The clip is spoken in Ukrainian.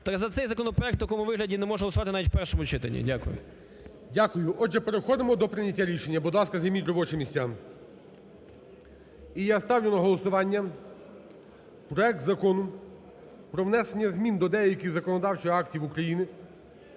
За цей законопроект в такому вигляді не можна голосувати навіть в першому читанні. Дякую. ГОЛОВУЮЧИЙ. Дякую. Отже, переходимо до прийняття рішення. Будь ласка, займіть робочі місця. І я ставлю на голосування проект Закону про внесення змін до деяких законодавчих актів України